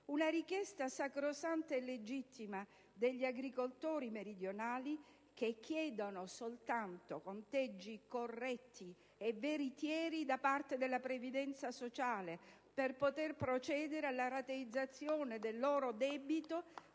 una richiesta sacrosanta e legittima degli agricoltori meridionali, che chiedono soltanto conteggi corretti e veritieri da parte della previdenza sociale per poter procedere alla rateizzazione del loro debito